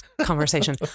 conversation